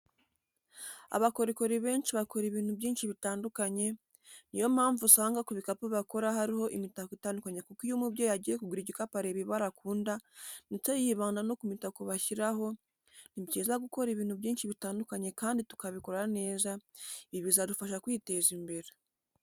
Abakorikori benshi bakora ibintu byinshi bitandukanye, ni yo mpamvu usanga ku bikapu bakora hariho imitako itandukanye kuko iyo umubyeyi agiye kugura igikapu areba ibara akunda ndetse yibanda no ku mitako bashyiraho, ni byiza gukora ibintu byinshi bitandukanye kandi tukabikora neza, ibi bizadufasha kwiteza imbere.